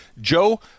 Joe